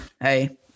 Hey